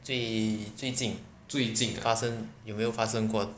最最近最近发生有没有发生过